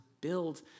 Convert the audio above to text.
build